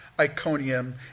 Iconium